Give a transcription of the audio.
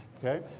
ok?